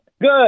good